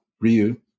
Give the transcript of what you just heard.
Ryu